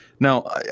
Now